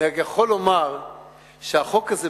אני רק יכול לומר שהחוק הזה,